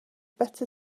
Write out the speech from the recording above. better